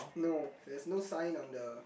no there is no sign on the